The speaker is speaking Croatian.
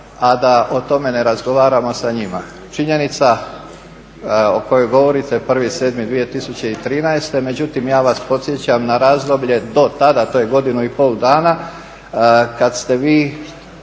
a da o tome ne razgovaramo sa njima. Činjenica o kojoj govorite 1.7.2013. Međutim, ja vas podsjećam na razdoblje do tada. To je godinu i pol dana kad ste vi